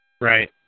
Right